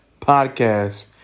podcast